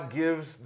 gives